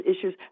issues